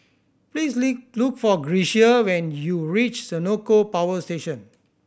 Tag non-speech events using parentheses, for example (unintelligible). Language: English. please (unintelligible) look for Grecia when you reach Senoko Power Station